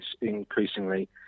increasingly